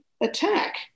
attack